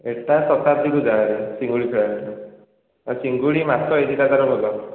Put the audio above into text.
ଏଟା ଶତାବ୍ଦୀକୁ ଚିଙ୍ଗୁଡ଼ି ଫ୍ରାଏ ତା ଚିଙ୍ଗୁଡ଼ି ମାଛ ଏହି ଦୁଇଟା ତା'ର ଭଲ